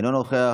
אינו נוכח.